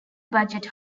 budget